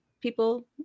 people